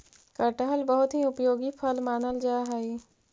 कटहल बहुत ही उपयोगी फल मानल जा हई